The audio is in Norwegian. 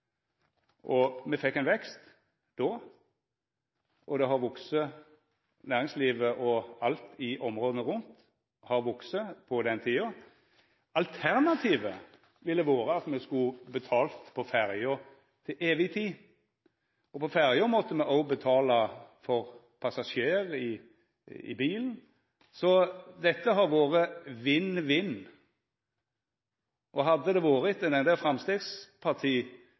og næringslivet og alt i områda rundt har vakse på den tida. Alternativet ville vore at me skulle ha betalt på ferjer til evig tid. På ferja måtte me òg betala for passasjerar i bilen. Dette har vore vinn–vinn. Hadde det vore etter Framstegsparti-metoden, hadde det vore forsvinn–forsvinn. Nok ein